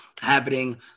happening